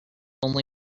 only